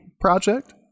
project